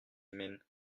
humaine